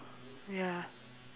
ya